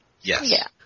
Yes